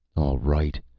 all right.